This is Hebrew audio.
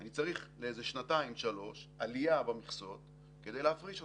אני צריך לשנתיים-שלוש עלייה במכסות כדי להפריש אותם.